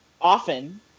often